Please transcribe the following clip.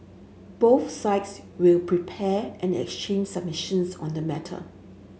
both sex will prepare and exchange submissions on the matter